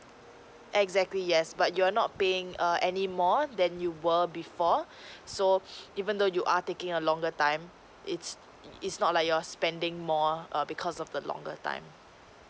exactly yes but you're not paying err any more than you were before so even though you are taking a longer time it's it's not like you're spending more err because of the longer time